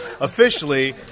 Officially